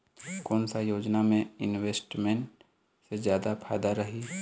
कोन सा योजना मे इन्वेस्टमेंट से जादा फायदा रही?